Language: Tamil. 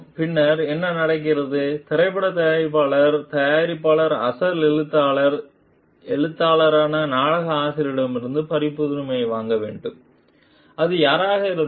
பின்னர் என்ன நடக்கிறது திரைப்பட தயாரிப்பாளர் தயாரிப்பாளர் அசல் எழுத்தாளர் எழுத்தாளர் நாடக ஆசிரியரிடமிருந்து பதிப்புரிமை வாங்க வேண்டும் அது யாராக இருந்தாலும்